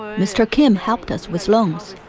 mr. kim helped us with loans.